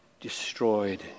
destroyed